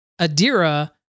Adira